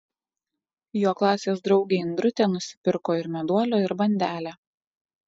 jo klasės draugė indrutė nusipirko ir meduolio ir bandelę